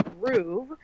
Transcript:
Groove